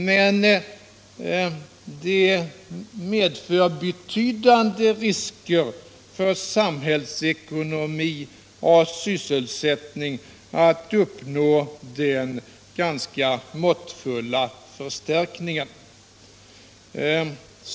Men det medför betydande risker för samhällsekonomi och sysselsättning att uppnå den pganska måttfulla förstärkningen.